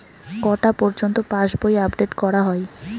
কটা পযর্ন্ত পাশবই আপ ডেট করা হয়?